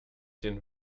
den